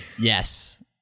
yes